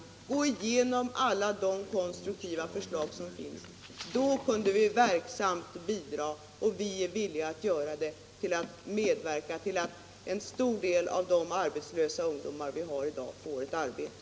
Där kunde man gå igenom alla de konstruktiva förslag som finns — vi på vår sida är villiga till detta. Det kunde vara ett verksamt bidrag till att en stor del av de arbetslösa ungdomar vi har i dag får ett arbete.